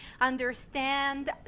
understand